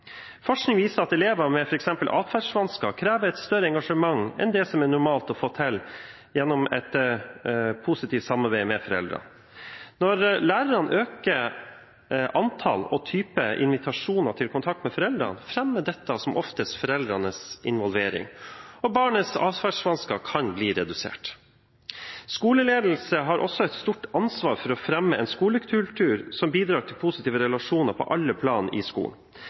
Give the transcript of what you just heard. Forskning viser at elever med f.eks. atferdsvansker krever et større engasjement enn det som er normalt å få til gjennom et positivt samarbeid med foreldrene. Når lærerne øker antall og type invitasjoner til kontakt med foreldrene, fremmer dette som oftest foreldrenes involvering, og barnets atferdsvansker kan bli redusert. Skoleledelse har også et stort ansvar for å fremme en skolekultur som bidrar til positive relasjoner på alle plan i skolen.